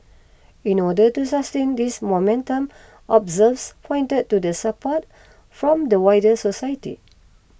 in order to sustain this momentum observers pointed to the support from the wider society